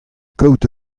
kaout